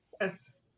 Yes